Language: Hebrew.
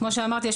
כמו שאמרתי,